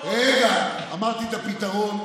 זה מפריע.